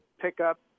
Pickup